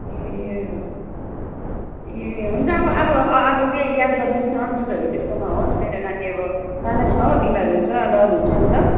ए हजुर ए हुन्छ अब अब अब चाहिँ याद गर्नुहोस् न दुधहरू त्यस्तो नहोस् मेरो नानी अब सानो छ हो बिमार हुन्छ डर हुन्छ नि त